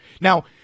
Now